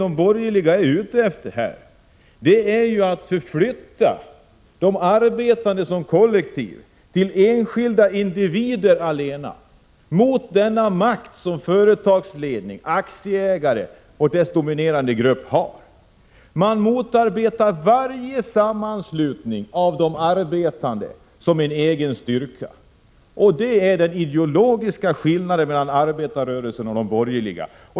De borgerliga är egentligen ute efter att göra de arbetande som kollektiv till blott och bart enskilda individer — mot den makt som företagsledning och den dominerande gruppen av aktieägare har. Man motarbetar varje sammanslutning av de arbetande, de får inte bilda en egen styrka. Detta är den ideologiska skillnaden mellan arbetarrörelsen och de borgerliga.